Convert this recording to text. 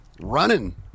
running